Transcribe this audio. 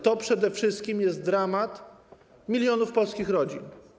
To przede wszystkim jest dramat milionów polskich rodzin.